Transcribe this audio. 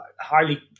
highly